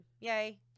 yay